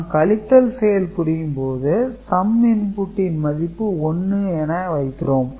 நாம் கழித்தல் செயல் புரியும்போது 'Sum input' ன் மதிப்பு 1 என வைக்கிறோம்